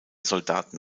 soldaten